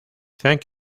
thank